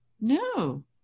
no